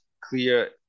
clear